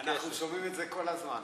אנחנו שומעים את זה כל הזמן.